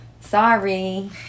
Sorry